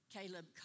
Caleb